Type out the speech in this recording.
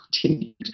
continued